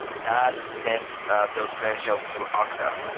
that sends those credentials to okta.